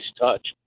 touch